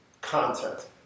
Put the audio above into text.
content